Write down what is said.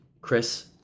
Chris